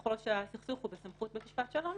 וככל שהסכסוך הוא בסמכות בית משפט שלום,